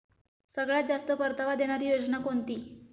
सगळ्यात जास्त परतावा देणारी योजना कोणती?